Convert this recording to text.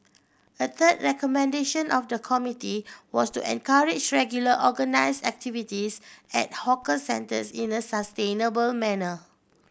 a third recommendation of the committee was to encourage regular organise activities at hawker centres in a sustainable manner